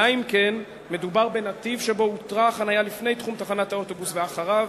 אלא אם כן מדובר בנתיב שבו הותרה חנייה לפני תחום תחנת האוטובוס ואחריו,